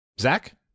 Zach